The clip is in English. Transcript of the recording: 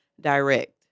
direct